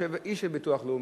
יושב איש של ביטוח לאומי,